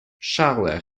charles